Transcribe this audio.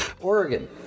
Oregon